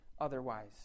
otherwise